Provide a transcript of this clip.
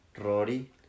Rory